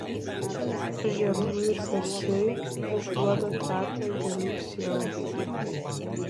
žiedų virpesiai išduoda trapią gėlių sielą